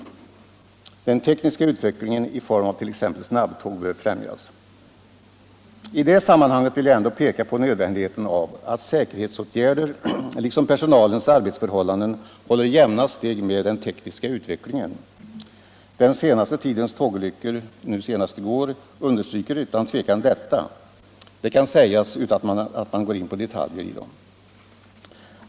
Den tekniska utvecklingen i form av t.ex. snabbtåg bör främjas. I det sammanhanget vill jag ändå peka på nödvändigheten av att säkerhetsåtgärder liksom personalens arbetsförhållanden håller jämna steg med den tekniska utvecklingen. Den senaste tidens tågolyckor —t.ex. olyckan i går — understryker utan tvivel detta. Det kan sägas utan att man går in på detaljer.